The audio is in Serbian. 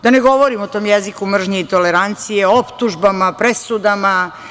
Da ne govorim o tom jeziku mržnje i tolerancije, optužbama, presudama.